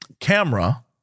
camera